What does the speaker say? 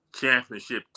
championship